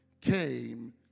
came